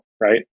right